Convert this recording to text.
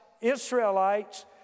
Israelites